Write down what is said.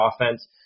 offense